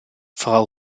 frau